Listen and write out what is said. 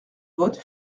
vote